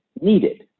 needed